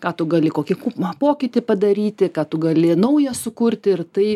ką tu gali kokį na pokytį padaryti ką tu gali nauja sukurti ir tai